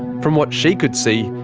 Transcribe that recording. from what she could see,